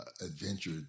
adventure